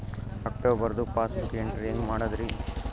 ಅಕ್ಟೋಬರ್ದು passbook entry ಹೆಂಗ್ ಮಾಡದ್ರಿ?